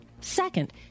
Second